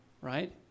right